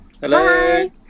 Hello